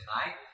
tonight